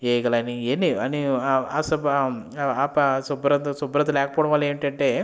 ఈగలన్నీ ఇవన్ని అశుభ్రం అప శుభ్రత లేకపోవడం ఏంటంటే